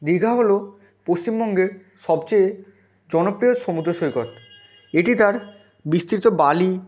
দীঘা হলো পশ্চিমবঙ্গের সবচেয়ে জনপ্রিয় সমুদ্র সৈকত এটি তার বিস্তৃত বালি